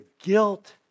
guilt